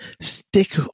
stick